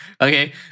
okay